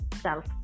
self